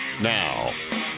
now